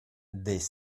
dès